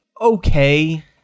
okay